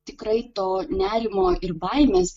tikrai to nerimo ir baimės